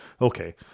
okay